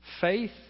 Faith